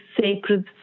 sacred